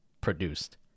produced